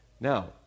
Now